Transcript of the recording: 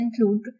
include